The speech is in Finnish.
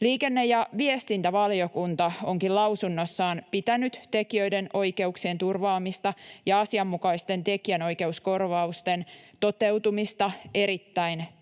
Liikenne- ja viestintävaliokunta onkin lausunnossaan pitänyt tekijöiden oikeuksien turvaamista ja asianmukaisten tekijänoikeuskorvausten toteutumista erittäin tärkeänä.